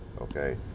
okay